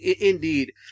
indeed